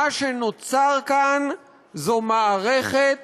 מה שנוצר כאן זה מערכת